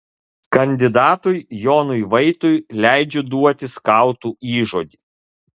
kandidatui jonui vaitui leidžiu duoti skautų įžodį